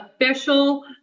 official